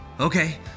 Okay